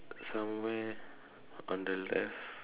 somewhere on the left